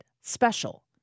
Special